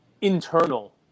internal